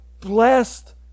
blessed